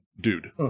dude